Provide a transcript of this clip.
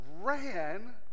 ran